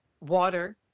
Water